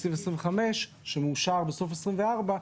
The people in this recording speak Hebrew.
בתקציב 2025 שמאושר בסוף 2024,